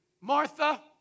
Martha